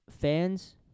Fans